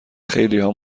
خیلیها